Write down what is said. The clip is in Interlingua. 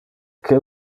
que